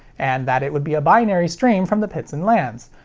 and that it would be a binary stream from the pits and lands.